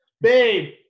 Babe